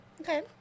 Okay